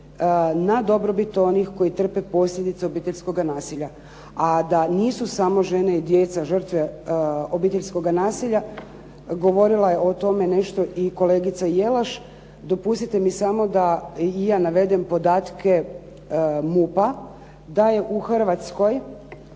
na dobrobit onih koji trpe posljedice obiteljskoga nasilja. A da nisu samo žene i djeca žrtve obiteljskoga nasilja, govorila je o tome nešto i kolegica Jelaš. Dopustite mi samo da i ja navedem podatke MUP-a da je u Hrvatskoj